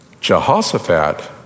Jehoshaphat